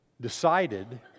decided